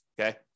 Okay